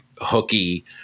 hooky